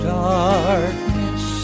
darkness